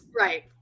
right